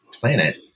planet